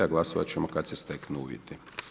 A glasovati ćemo kada se steknu uvjeti.